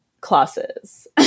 classes